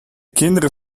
kinderen